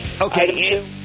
Okay